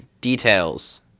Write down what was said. details